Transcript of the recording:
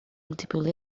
multiple